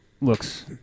looks